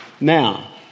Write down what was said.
Now